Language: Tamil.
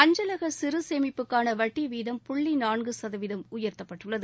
அஞ்சலக சிறுசேமிப்புக்கான வட்டி வீதம் புள்ளி நான்கு சதவீதம் உயர்த்தப்பட்டுள்ளது